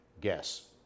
guess